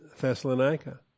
Thessalonica